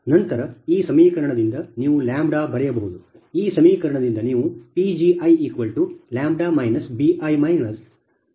ನಂತರ ಈ ಸಮೀಕರಣದಿಂದ ನೀವು ಲ್ಯಾಂಬ್ಡಾ ಬರೆಯಬಹುದು ಈ ಸಮೀಕರಣದಿಂದ ನೀವು Pgiλ bi 2λj1 j≠imBijPgj2diλBii ಬರೆಯಬಹುದು